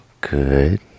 Good